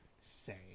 say